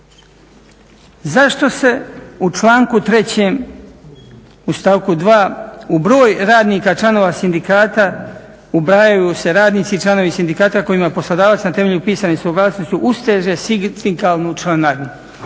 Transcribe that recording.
Zašto se u članku 3.u stavku 2.u broj radnika članova sindikata ubrajaju se radnici, članovi sindikata kojima poslodavac na temelju pisane suglasnosti usteže sindikalnu članarinu.